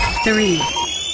Three